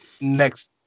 next